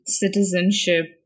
citizenship